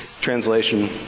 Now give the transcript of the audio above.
translation